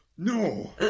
No